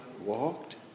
walked